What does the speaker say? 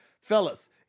fellas